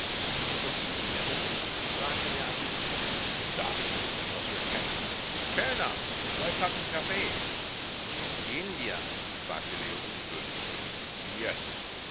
und die negerinnen fragte der adjunkt das ist etwas für kenner kellner zwei tassen kaffee gehen wir fragte leo ungeduldig yes